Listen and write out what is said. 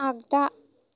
आग्दा